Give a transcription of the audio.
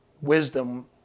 wisdom